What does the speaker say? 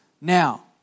now